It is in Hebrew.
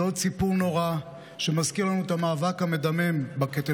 זה עוד סיפור נורא שמזכיר לנו את המאבק המדמם בקטל